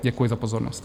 Děkuji za pozornost.